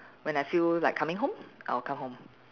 when I feel like coming home I'll come home